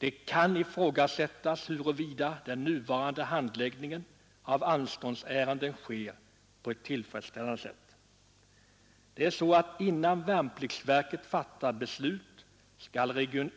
Det kan ifrågasättas huruvida den nuvarande handläggningen av anståndsärenden sker på tillfredsställande sätt. Innan värnpliktsverket fattar beslut skall